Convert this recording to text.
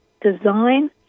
design